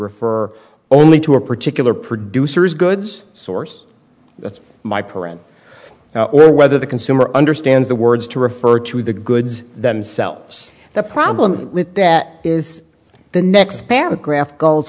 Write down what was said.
refer only to a particular producer's goods source that's my program now or whether the consumer understands the words to refer to the goods themselves the problem with that is the next paragraph